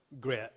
Great